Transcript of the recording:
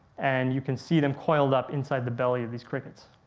and you can see them coiled up inside the belly of these crickets.